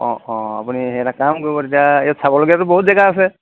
অঁ অঁ আপুনি হেৰি এটা কাম কৰিব তেতিয়া ইয়াত চাবলগীয়াটো বহুত জেগা আছে